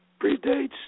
predates